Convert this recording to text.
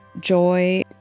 joy